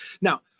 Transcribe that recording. Now